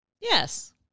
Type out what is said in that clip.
Yes